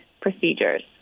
procedures